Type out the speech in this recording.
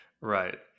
Right